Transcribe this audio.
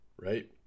right